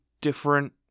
different